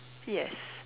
yes